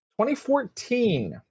2014